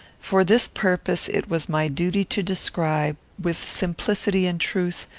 for this purpose it was my duty to describe, with simplicity and truth,